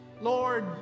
Lord